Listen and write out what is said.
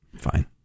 fine